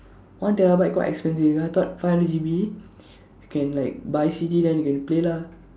one terabyte quite expensive I thought five hundred G_B can like buy C_D then you can play lah